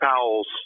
Powell's